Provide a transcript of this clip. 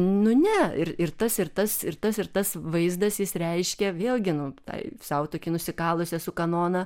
nu ne ir ir tas ir tas ir tas ir tas vaizdas jis reiškia vėlgi nu tai sau tokį nusikalusi esu kanoną